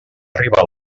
arribar